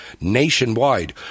nationwide